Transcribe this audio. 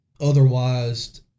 otherwise